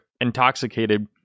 intoxicated